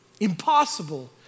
Impossible